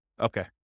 Okay